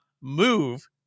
move